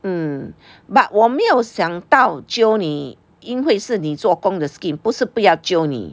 mm but 我没有想到 jio 你因为是你做工的 scheme 不是不要 jio 你